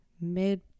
mid